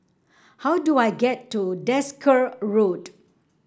how do I get to Desker Road